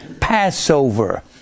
Passover